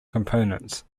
components